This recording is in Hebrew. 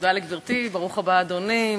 תודה לגברתי, ברוך הבא, אדוני.